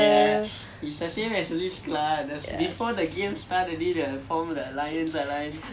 and you can like kind of like on the down low like alliance with people